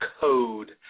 code